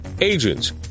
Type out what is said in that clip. agents